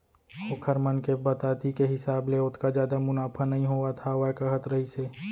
ओखर मन के बताती के हिसाब ले ओतका जादा मुनाफा नइ होवत हावय कहत रहिस हे